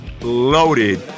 loaded